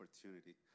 opportunity